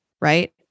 Right